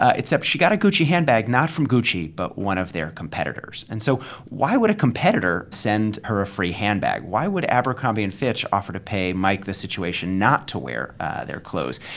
ah except she got a gucci handbag, not from gucci but one of their competitors. and so why would a competitor send her a free handbag? why would abercrombie and fitch offer to pay mike the situation not to wear their clothes?